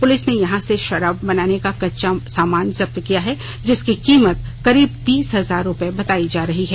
police ने यहां से शराब बनाने का कच्चा सामान जब्त किया है जिसकी कीमत करीब तीस हजार रूपये बतायी जा रही है